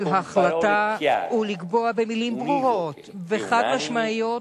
החלטה ולקבוע במלים ברורות וחד-משמעיות,